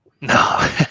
No